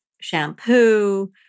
shampoo